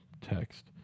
text